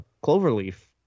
cloverleaf